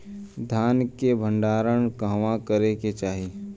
धान के भण्डारण कहवा करे के चाही?